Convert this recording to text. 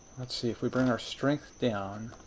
let's see if we bring our strength down